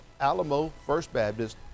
alamofirstbaptist